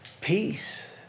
peace